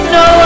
no